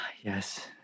yes